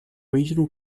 regional